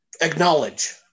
acknowledge